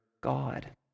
God